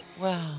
Wow